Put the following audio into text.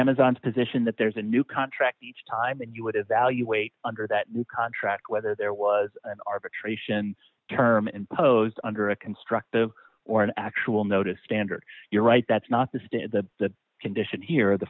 amazon's position that there's a new contract each time and you would evaluate under that new contract whether there was an arbitration term imposed under a constructive or an actual notice standard you're right that's not the stick the condition here